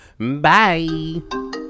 Bye